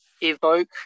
evoke